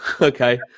okay